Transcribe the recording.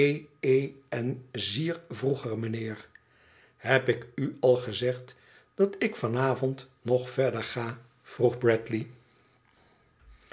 n zier vroeger meneer heb ik u al gezegd dat ik van avond nog verder ga vroeg bradley